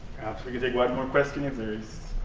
we can take one more question if